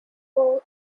pooh